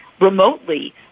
remotely